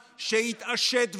שיתעשת,